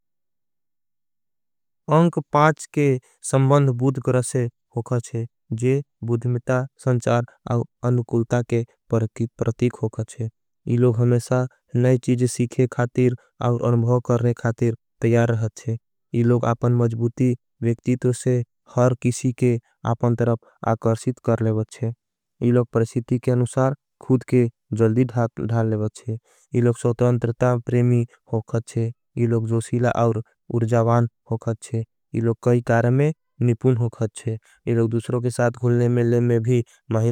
अंख पाँच के सम्बन्ध बुद्गरशे होखा शे जे बुद्धमिता संचार। और अनुकूलता के प्रतिक होखा शे इलोग हमेशा नई चीज़। सीखे खातिर और अनुभव करने खातिर त्यार रहचे इलोग। अपन मजबूती वेक्तितों से हर किसी के अपन तरफ आकर्षित। कर ले वच्छे इलोग प्रसिती के अनुसार खुद के जल्दी ढाल ले। वच्छे इलोग सोतायंतरता प्रेमी होखा शे इलोग जोशीला और। उर्जावान होखा शे इलोग कई कारमें निपून होखा शे। इलोग दुशरों के साथ घुलने मेले में भी महिरों होखा शे।